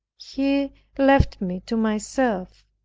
he left me to myself,